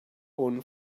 own